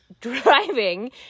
driving